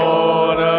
Lord